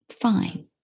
fine